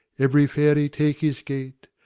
every fairy take his gait,